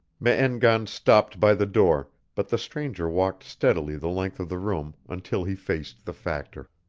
me-en-gan stopped by the door, but the stranger walked steadily the length of the room until he faced the factor.